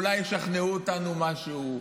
אולי ישכנעו אותנו במשהו,